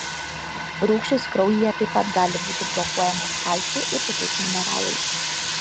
rūgštys kraujyje taip pat gali būti blokuojamos kalciu ir kitais mineralais